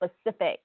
specific